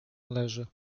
należy